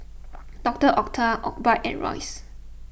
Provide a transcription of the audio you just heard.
Doctor Oetker Obike and Royce